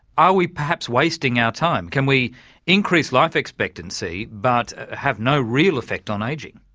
are we perhaps wasting our time? can we increase life expectancy but have no real effect on ageing?